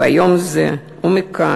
ביום זה ומכאן